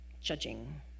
judging